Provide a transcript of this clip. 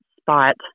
spot